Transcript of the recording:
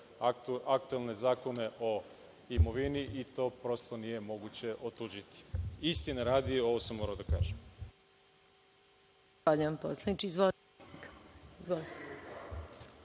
aktuelne zakone o imovini i to prosto nije moguće otuđiti. Istine radi, ovo sam morao da kažem.